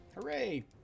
Hooray